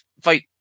fight